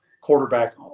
quarterback